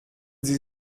sie